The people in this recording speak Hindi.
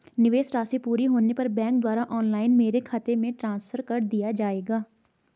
निवेश राशि पूरी होने पर बैंक द्वारा ऑनलाइन मेरे खाते में ट्रांसफर कर दिया जाएगा?